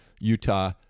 Utah